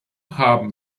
haben